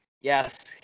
Yes